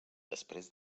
després